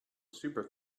super